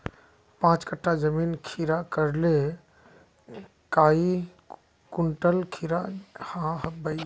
पाँच कट्ठा जमीन खीरा करले काई कुंटल खीरा हाँ बई?